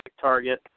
target